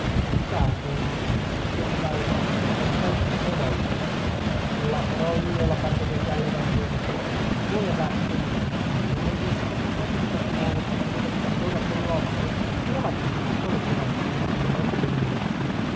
peccato che non ci sia un gallo per cantarci tre volte ma la farò io la parte del gallo evangelico voi agapito ieri mattina mentre il sottoprefetto di castelnuovo tratteneva il priore a colloquio eravate fuggito alle querci sulle orme dei novizi